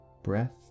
Breath